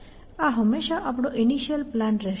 આ હંમેશાં આપણો ઈનિશીઅલ પ્લાન રહેશે